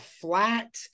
flat